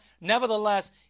Nevertheless